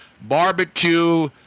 barbecue